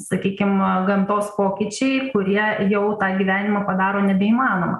sakykim gamtos pokyčiai kurie jau tą gyvenimą padaro nebeįmanomą